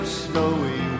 snowy